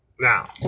Now